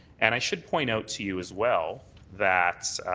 and i should point out to you as well that